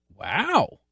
Wow